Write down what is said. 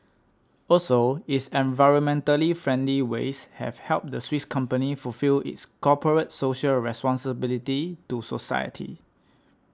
also its environmentally friendly ways have helped the Swiss company fulfil its corporate social responsibility to society